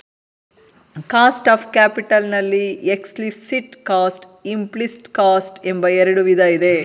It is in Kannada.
ಕಾಸ್ಟ್ ಆಫ್ ಕ್ಯಾಪಿಟಲ್ ನಲ್ಲಿ ಎಕ್ಸ್ಪ್ಲಿಸಿಟ್ ಕಾಸ್ಟ್, ಇಂಪ್ಲೀಸ್ಟ್ ಕಾಸ್ಟ್ ಎಂಬ ಎರಡು ವಿಧ ಇದೆ